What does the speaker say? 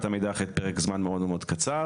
המידע אחרי פרק זמן מאוד מאוד קצר.